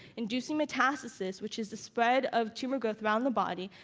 inducing metastasis, which is the spread of tumor growth around the body,